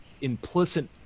implicit